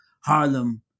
Harlem